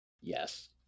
Yes